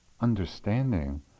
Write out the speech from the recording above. understanding